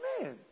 Amen